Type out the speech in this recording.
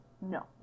No